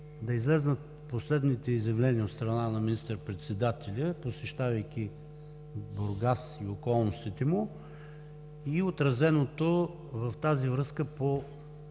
да излязат последните изявления от страна на министър-председателя, посещавайки Бургас и околностите му, и отразеното в тази връзка по